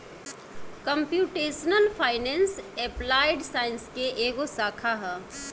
computational finance applied science के एगो शाखा ह